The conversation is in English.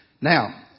Now